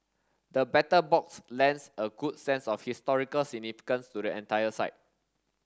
the Battle Box lends a good sense of historical significance to the entire site